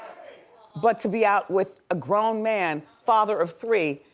but to be out with a grown man, father of three,